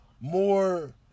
more